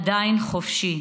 עדיין חופשי.